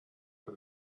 for